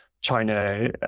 China